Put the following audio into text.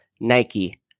Nike